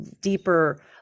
deeper